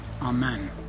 amen